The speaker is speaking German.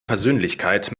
persönlichkeit